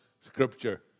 scripture